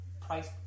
price